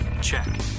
Check